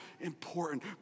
important